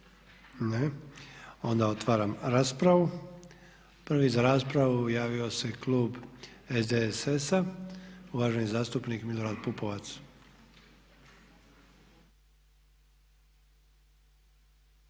Ne. Onda otvaram raspravu. Prvi za raspravu javio se klub SDSS-a, uvaženi zastupnik Milorad Pupovac.